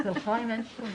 יש 70,000 איש בשנה